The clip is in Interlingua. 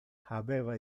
habeva